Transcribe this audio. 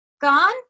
Gone